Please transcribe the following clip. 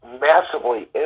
massively